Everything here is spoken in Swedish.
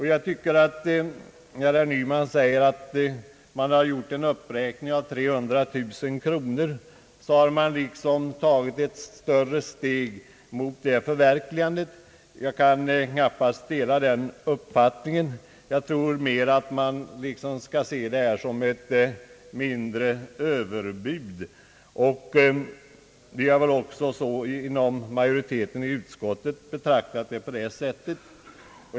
Herr Nyman anser att en uppräkning med ytterligare 300 000 kronor skulle innebära att man liksom tagit ett större steg mot regelns förverkligande, Jag kan knappast instämma med honom — jag tror snarare att man skall se reservanternas förslag som ett överbud; utskottsmajoriteten har väl också sett saken på det viset.